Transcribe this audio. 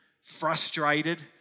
frustrated